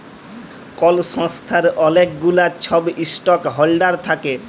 call সংস্থার অলেক গুলা ছব ইস্টক হল্ডার থ্যাকে